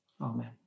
Amen